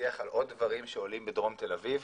השיח על עוד דברים שעולים בדרום תל אביב.